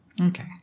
Okay